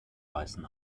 weißen